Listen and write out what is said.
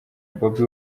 bobi